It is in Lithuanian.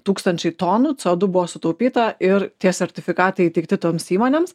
tūkstančiai tonų cė o du buvo sutaupyta ir tie sertifikatai įteikti toms įmonėms